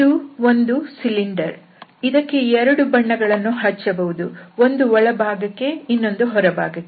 ಇದು ಒಂದು ಸಿಲಿಂಡರ್ ಇದಕ್ಕೆ ಎರಡು ಬಣ್ಣಗಳನ್ನು ಹಚ್ಚಬಹುದು ಒಂದು ಒಳಭಾಗಕ್ಕೆ ಇನ್ನೊಂದು ಹೊರಭಾಗಕ್ಕೆ